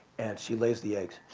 and she lays the eggs.